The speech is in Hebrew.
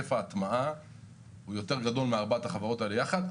היקף ההטמעה יותר גדול מארבעת החברות האלה יחד.